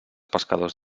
pescadors